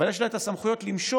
אבל יש לה את הסמכויות למשול